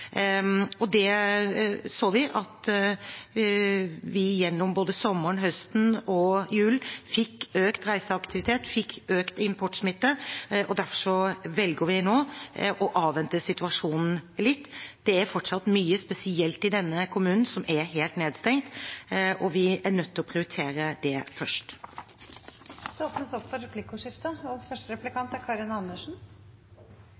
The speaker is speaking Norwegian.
så at vi gjennom både sommeren, høsten og julen fikk økt reiseaktivitet og økt importsmitte. Derfor velger vi nå å avvente situasjonen litt. Det er fortsatt mye, spesielt i denne kommunen, som er helt nedstengt, og vi er nødt til å prioritere det først. Det blir replikkordskifte. Det gjelder saken om disse som er bosatt i Norge, og